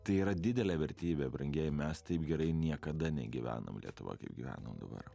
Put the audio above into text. tai yra didelė vertybė brangieji mes taip gerai niekada negyvenom lietuvoj kaip gyvenam dabar